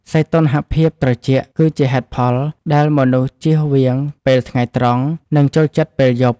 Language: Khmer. សីតុណ្ហភាពត្រជាក់គឺជាហេតុផលដែលមនុស្សជៀសវាងពេលថ្ងៃត្រង់ និងចូលចិត្តពេលយប់។